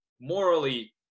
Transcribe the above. morally